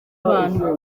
abantu